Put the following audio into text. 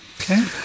okay